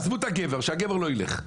עזבו את הגבר, שהגבר לא ילך.